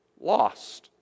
lost